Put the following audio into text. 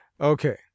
Okay